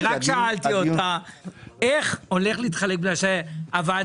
אני רק שאלתי אותה איך זה הולך להתחלק כי תהיה